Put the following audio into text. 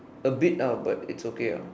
a bit ah but it's okay ah